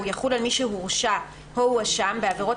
והוא יחול על מי שהורשע או הואשם בעבירות